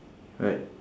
right